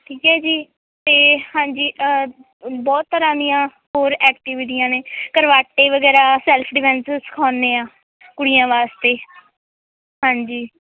ਠੀਕ ਹੈ ਜੀ ਤੇ ਹਾਂਜੀ ਬਹੁਤ ਤਰ੍ਹਾਂ ਦੀਆਂ ਹੋਰ ਐਕਟੀਵਿਟੀਆਂ ਨੇ ਕਰਵਾਟੇ ਵਗੈਰਾ ਸੈਲਫ ਡਿਵੈਲਸ ਸਿਖਾਉਂਦੇ ਹਾਂ ਕੁੜੀਆਂ ਵਾਸਤੇ ਹਾਂਜੀ